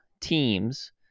teams